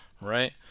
right